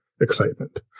excitement